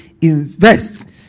invest